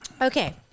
Okay